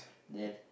then